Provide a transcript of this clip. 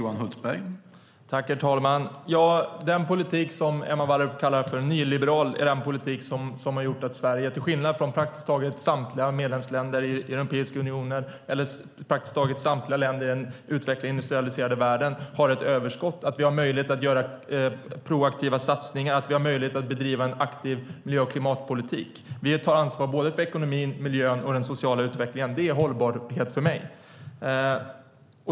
Herr talman! Den politik som Emma Wallrup kallar nyliberal är den politik som har gjort att Sverige till skillnad från praktiskt taget samtliga medlemsländer i Europeiska unionen och praktiskt taget samtliga länder i den utvecklade industrialiserade världen har ett överskott och har möjlighet att göra proaktiva satsningar och bedriva en aktiv miljö och klimatpolitik. Vi tar ansvar för ekonomin, miljön och den sociala utvecklingen. Det är hållbarhet för mig.